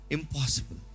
Impossible